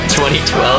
2012